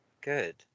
good